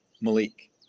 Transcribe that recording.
Malik